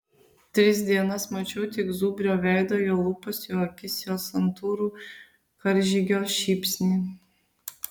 tris dienas mačiau tik zubrio veidą jo lūpas jo akis jo santūrų karžygio šypsnį